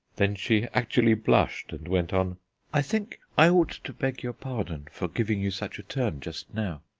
then she actually blushed and went on i think i ought to beg your pardon for giving you such a turn just now.